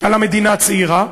על המדינה הצעירה.